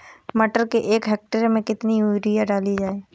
मटर के एक हेक्टेयर में कितनी यूरिया डाली जाए?